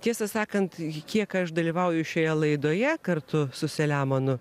tiesą sakant kiek aš dalyvauju šioje laidoje kartu su selemonu